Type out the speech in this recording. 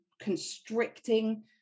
constricting